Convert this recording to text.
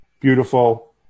beautiful